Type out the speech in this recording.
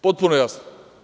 Potpuno je jasno.